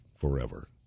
forever